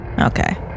Okay